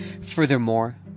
Furthermore